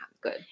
Good